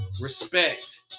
Respect